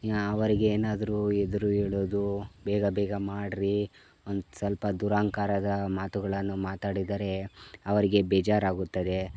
ಅವರಿಗೆ ಏನಾದರು ಎದುರು ಹೇಳೋದು ಬೇಗ ಬೇಗ ಮಾಡಿರಿ ಒಂದು ಸ್ವಲ್ಪ ದುರಾಂಕಾರದ ಮಾತುಗಳನ್ನು ಮಾತಾಡಿದರೆ ಅವರಿಗೆ ಬೇಜಾರಾಗುತ್ತದೆ